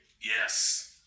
yes